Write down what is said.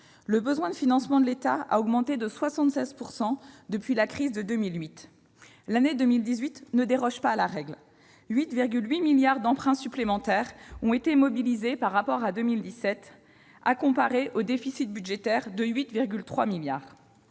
Le besoin de financement de l'État a augmenté de 76 % depuis la crise de 2008. L'année 2018 ne déroge pas à la règle : 8,8 milliards d'euros d'emprunts supplémentaires ont été mobilisés par rapport à 2017 pour couvrir principalement un déficit budgétaire de 8,3 milliards